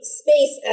space